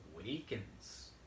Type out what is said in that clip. Awakens